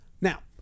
Now